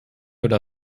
oder